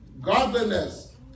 godliness